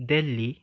Delhi